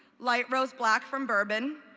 light roast black from bourbon,